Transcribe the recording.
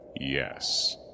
yes